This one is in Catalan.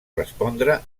respondre